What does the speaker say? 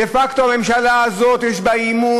דה-פקטו הממשלה הזאת יש בה אי-אמון.